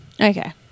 Okay